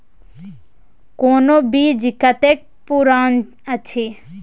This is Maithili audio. कोनो बीज कतेक पुरान अछि?